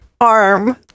arm